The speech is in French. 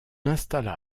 installa